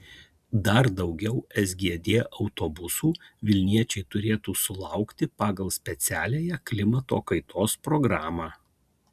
dar daugiau sgd autobusų vilniečiai turėtų sulaukti pagal specialiąją klimato kaitos programą